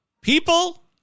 People